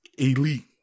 elite